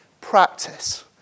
practice